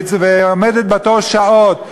עומדת בתור שעות,